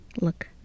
look